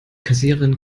kassiererin